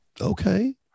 Okay